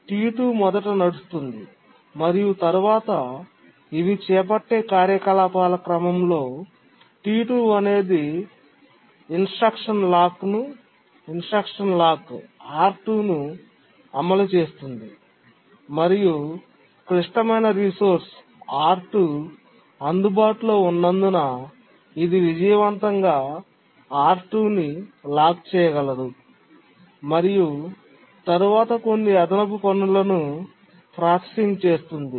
T2 మొదట నడుస్తుంది మరియు తరువాత ఇవి చేపట్టే కార్యకలాపాల క్రమం లో T2 అనేది ఇన్స్ట్రక్షన్ లాక్ R2 ను అమలు చేస్తుంది మరియు క్లిష్టమైన రిసోర్స్ R2 అందుబాటులో ఉన్నందున ఇది విజయవంతంగా R2 ని లాక్ చేయగలదు మరియు తరువాత కొన్ని అదనపు పనులను ప్రాసెసింగ్ చేస్తుంది